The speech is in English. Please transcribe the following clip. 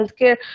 healthcare